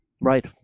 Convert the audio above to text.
Right